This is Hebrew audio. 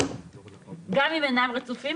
גם אם אינם רצופים,